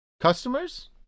customers